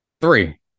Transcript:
Three